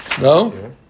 No